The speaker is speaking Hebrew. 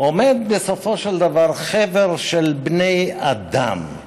עומד בסופו של דבר חבר של בני אדם,